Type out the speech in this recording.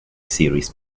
series